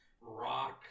rock